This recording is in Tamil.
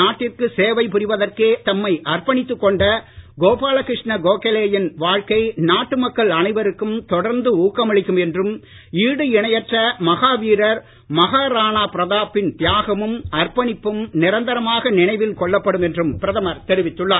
நாட்டிற்கு சேவை புரிவதற்கே தம்மை அர்ப்பணித்துக் கொண்ட கோபால கிருஷ்ண கோகலேயின் வாழ்க்கை நாட்டு மக்கள் அனைவருக்கும் தொடர்ந்து ஊக்கமளிக்கும் என்றும் ஈடு இணையற்ற மாவீரர் மகாராணா பிரதாப்பின் தியாகமும் அர்ப்பணிப்பும் நிரந்தரமாக நினைவில் கொள்ளப்படும் என்றும் பிரதமர் தெரிவித்துள்ளார்